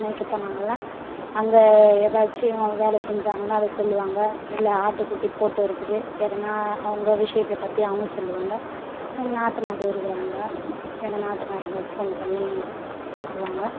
மேய்க்க போனாங்கள்னா அங்கே ஏதாச்சியும் வேலை செஞ்சாங்கன்னா அதை சொல்லுவாங்க இல்லை ஆட்டுக்குட்டி போட்டு இருக்குது எதனா அவங்க விஷியத்தை பற்றி அவங்க சொல்லுவாங்க எங்கள் நாத்தனார் இருக்கறாங்க எங்கள் நாத்தனாருங்க ஃபோன் பண்ணி பேசுவாங்க